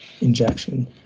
injection